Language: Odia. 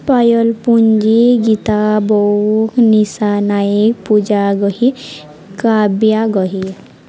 ପାୟଲ ପୁଞ୍ଜି ଗୀତା ବଉକ ନିଶା ନାୟକ ପୂଜା ଗହି କାବିଆ ଗହି